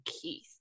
Keith